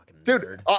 Dude